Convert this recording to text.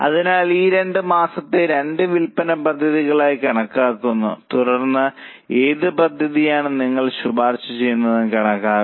അതിനാൽ ഈ രണ്ട് മാസത്തെ രണ്ട് വിൽപ്പന പദ്ധതികളായി കണക്കാക്കുന്നു തുടർന്ന് ഏത് പദ്ധതിയാണ് നിങ്ങൾ ശുപാർശ ചെയ്യുന്നതെന്ന് കണക്കാക്കണം